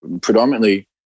predominantly